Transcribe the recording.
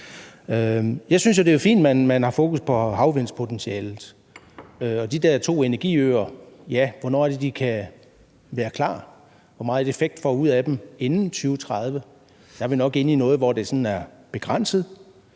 Jeg synes jo, det er fint, at man har fokus på havvindpotentialet, men hvornår kan de der to energiøer være klar? Hvor meget effekt får vi ud af dem inden 2030? Der er vi nok inde i noget, der er begrænset.